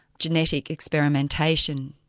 genetic experimentation,